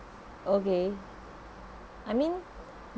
okay I mean